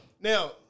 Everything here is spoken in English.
now